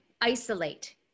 isolate